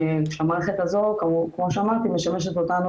כשהמערכת הזאת כמו שאמרתי משמשת אותנו